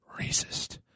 racist